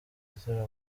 igitaramo